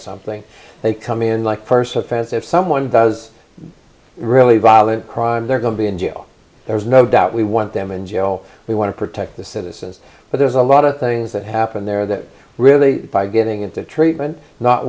something they come in like person fast if someone does really violent crime they're going to be in jail there's no doubt we want them in jail we want to protect the citizens but there's a lot of things that happen there that really by getting into treatment not